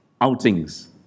outings